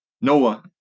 Noah